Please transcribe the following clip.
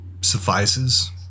suffices